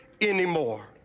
anymore